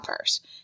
first